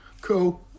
cool